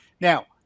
Now